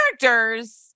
characters